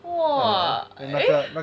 !wah! eh